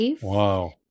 Wow